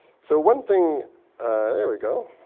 so one thing there we go.